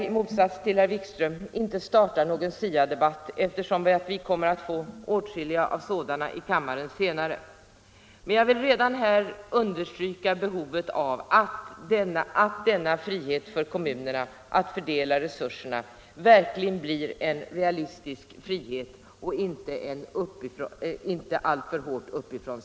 I motsats till herr Wikström skall jag inte starta någon SIA-debatt här, eftersom vi kommer att få åtskilliga sådana debatter i riksdagen senare. Men jag vill understryka önskvärdheten av att denna frihet för kommunerna att fördela resurserna verkligen blir en realistisk frihet och inte en uppifrån alltför hårt styrd ”frihet”.